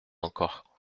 encore